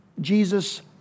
Jesus